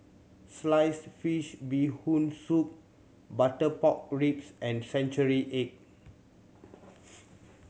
sliced fish Bee Hoon Soup butter pork ribs and century egg